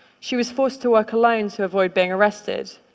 she was forced to work alone to avoid being arrested.